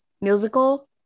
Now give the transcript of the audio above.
musical